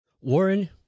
Warren